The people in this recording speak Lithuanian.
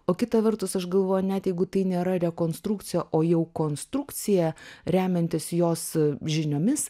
o kita vertus aš galvoju net jeigu tai nėra rekonstrukcija o jau konstrukcija remiantis jos žiniomis